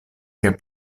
kaj